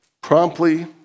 promptly